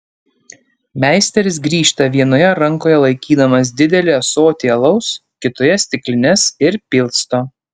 meisteris grįžta vienoje rankoje laikydamas didelį ąsotį alaus kitoje stiklines ir pilsto